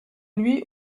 lui